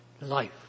life